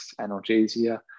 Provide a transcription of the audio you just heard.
analgesia